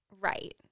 Right